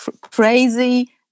crazy